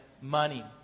money